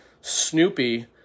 Snoopy